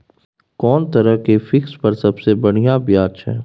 कोन तरह के फिक्स पर सबसे बढ़िया ब्याज छै?